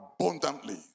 abundantly